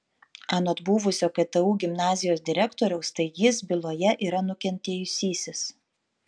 anot buvusio ktu gimnazijos direktoriaus tai jis byloje yra nukentėjusysis